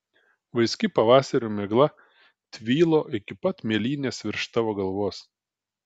vaiski pavasario migla tvylo iki pat mėlynės virš tavo galvos